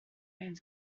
and